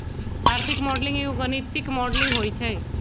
आर्थिक मॉडलिंग एगो गणितीक मॉडलिंग होइ छइ